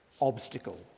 obstacle